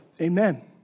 Amen